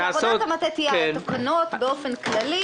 עבודת המטה תהיה על התקנות באופן כללי,